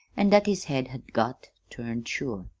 an' that his head had got turned sure.